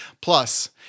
Plus